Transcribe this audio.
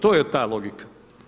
To je ta logika.